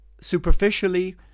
Superficially